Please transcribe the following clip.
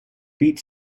beat